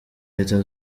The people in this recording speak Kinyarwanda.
leta